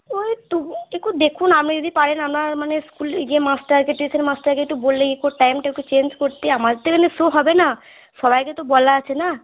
ওই তো একটু দেখুন আপনি যদি পারেন আপনার মানে স্কুল ইয়ে মাস্টারকে মাস্টারকে একটু বলে টাইমটা একটু চেঞ্জ করতে আমার তো এখানে শো হবে না সবাইকে তো বলা আছে না